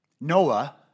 Noah